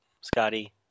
Scotty